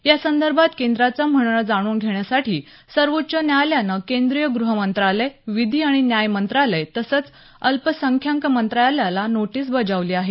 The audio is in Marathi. यासंदर्भात केंद्राचं म्हणणं जाणून घेण्यासाठी सर्वोच्च न्यायालयानं केंद्रीय गृह मंत्रालय विधी आणि न्याय मंत्रालय तसंच अल्पसंख्याक मंत्रालयाला नोटीस बजावली आहे